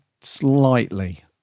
slightly